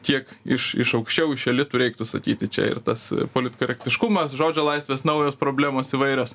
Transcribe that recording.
tiek iš iš aukščiau iš elitų reiktų sakyti čia ir tas politkorektiškumas žodžio laisvės naujos problemos įvairios